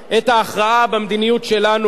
את ההכרעה במדיניות שלנו,